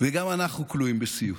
וגם אנחנו כלואים בסיוט.